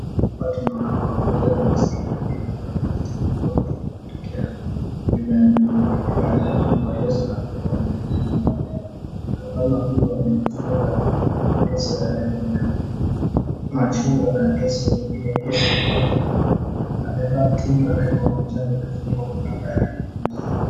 Hapa tunaona mama mmoja mweusi aliyebeba mtoto na mtungi ya kuteka maji nyuma ya mgongo wake baada ya kumfungwa leso na kuwekwa mbele ya mama huyu. Mama huyu amefunga leso ya rangi ya machungwa na leso nyingine pia tunaona amebeba mtungi wa rangi ya majani amefungwa ukamba ya rangi nyeusi.